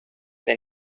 del